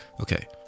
Okay